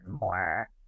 more